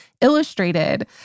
illustrated